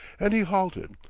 and he halted,